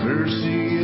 Mercy